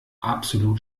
absolut